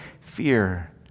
fear